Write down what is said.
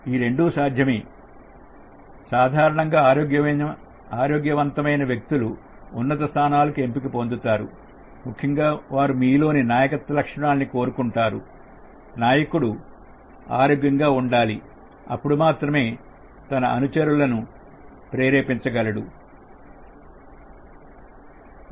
కాబట్టి రెండు సాధ్యమే సాధారణంగా ఆరోగ్యవంతమైన వ్యక్తులు ఉన్నత స్థానాలకు ఎంపిక పొందుతారు ముఖ్యంగా వారు మీలోని నాయకత్వ లక్షణాల్ని కోరుకుంటారు కారణం నాయకుడు ఆరోగ్యంగా ఉండాలి అప్పుడు మాత్రమే తన అనుచరులను ప్రేరేపించగా గలడు